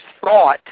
thought